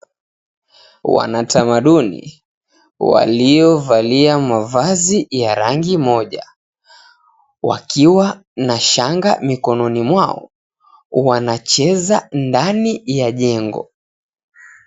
Wanatamaduni, waliovalia mavazi ya rangi moja, wakiwa na shanga mikononi mwao, wanacheza ndani ya jengo.